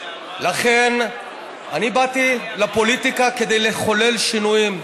לכן, אני באתי לפוליטיקה כדי לחולל שינויים.